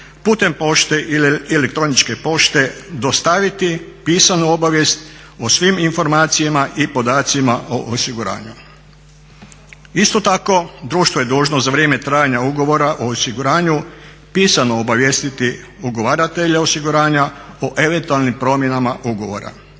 putem pošte i elektroničke pošte dostaviti pisanu obavijest o svim informacijama i podacima o osiguranju. Isto tako, društvo je dužno za vrijeme trajanja ugovora o osiguranju pisano obavijestiti ugovaratelja osiguranja o eventualnim promjenama ugovora.